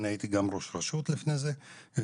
אני הייתי גם ראש רשות לפני זה וראש